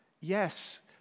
yes